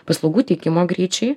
paslaugų teikimo greičiai